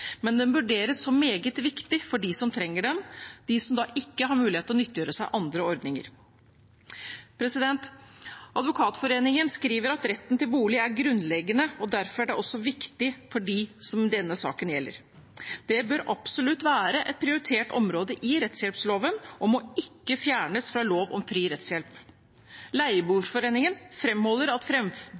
Men den vurderes som meget viktig for dem som trenger den, de som ikke har mulighet til å nyttiggjøre seg av andre ordninger. Advokatforeningen skriver at retten til bolig er grunnleggende, og derfor er det også viktig for dem som denne saken gjelder. Det bør absolutt være et prioritert område i rettshjelpsloven og må ikke fjernes fra Lov om fri rettshjelp. Leieboerforeningen framholder at